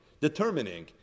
determining